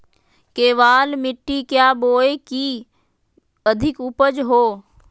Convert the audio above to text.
केबाल मिट्टी क्या बोए की अधिक उपज हो?